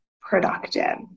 productive